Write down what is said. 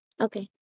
Okay